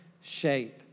shape